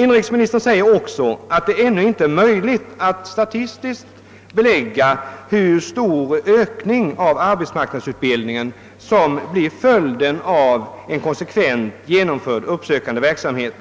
Inrikesministern säger vidare att det ännu inte är möjligt att statistiskt belägga hur stor ökning av arbetsmarknadsutbildningen som blir följden av en konsekvent genomförd uppsökande verksamhet.